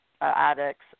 addicts